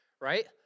right